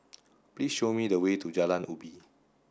please show me the way to Jalan Ubi